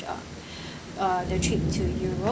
uh uh the trip to europe